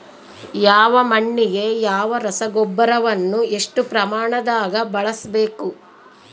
ಯಾವ ಮಣ್ಣಿಗೆ ಯಾವ ರಸಗೊಬ್ಬರವನ್ನು ಎಷ್ಟು ಪ್ರಮಾಣದಾಗ ಬಳಸ್ಬೇಕು?